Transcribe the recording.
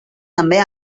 també